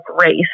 race